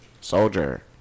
soldier